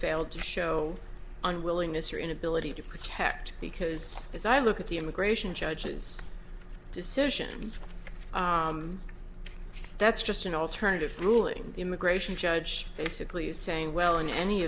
failed to show unwillingness or inability to protect because as i look at the immigration judge's decision that's just an alternative ruling the immigration judge basically saying well in any